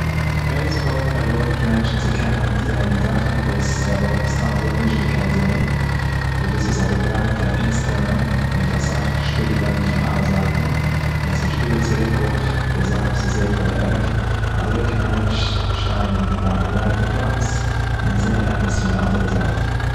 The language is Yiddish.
פעריסקאופ ערלויבט מענטשן צו זעהן זאכן וואס זיי וואלטן סתם אזוי נישט געקענט זעהן. וואס דאס איז א געדרייטע אינסטרומענט, מיט אסאך שפיגלען אויף אלע זייטן, און ס'שפיגלט צוריק אפ די זאך וואס ס'זעהט ביי די עק, אזוי קען א מענטש שטיין ביי א געדרייטע פלאץ און זעהן עפעס פון די אנדערע זייט.